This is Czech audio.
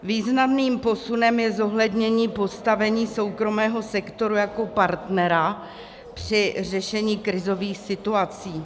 Významným posunem je zohlednění postavení soukromého sektoru jako partnera při řešení krizových situací.